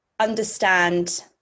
understand